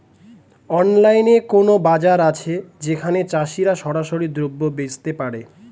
অনলাইনে কোনো বাজার আছে যেখানে চাষিরা সরাসরি দ্রব্য বেচতে পারে?